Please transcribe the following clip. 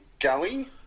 Gully